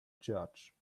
judge